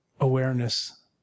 awareness